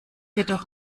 jedoch